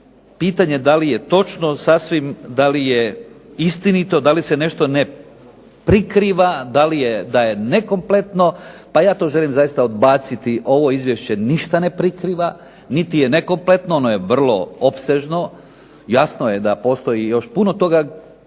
pitanje da li točno sasvim, da li je istinito, da li se nešto ne prikriva, da je nekompletno. Pa ja to zaista želim odbaciti. Ovo izvješće ništa ne prikriva, niti je nekompletno, ono je vrlo opsežno. Jasno je da postoji još puno toga